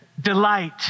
delight